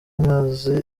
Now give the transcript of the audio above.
amazi